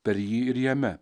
per jį ir jame